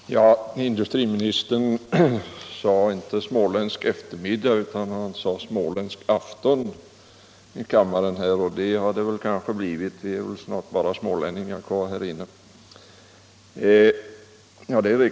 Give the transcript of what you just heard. Herr talman! Industriministern sade något om att det var småländsk eftermiddag eller småländsk afton i kammaren, och afton har det kanske blivit. Vi är väl snart bara smålänningar kvar här.